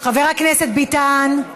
חבר הכנסת ביטן,